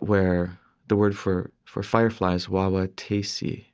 where the word for for firefly is wah-wah-taysee.